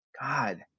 God